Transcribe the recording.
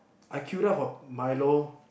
I queued up for milo